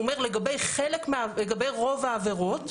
הוא אומר שלגבי רוב העבירות,